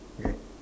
okay